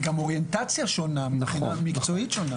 היא גם אוריינטציה שונה, מבחינה מקצועית שונה.